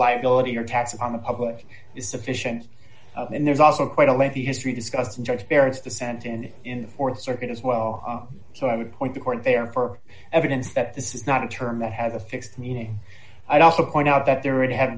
liability or tax on the public is sufficient and there's also quite a lengthy history discussing charge parents dissent and in the th circuit as well so i would point the court there for evidence that this is not a term that has a fixed meaning i'd also point out that there would have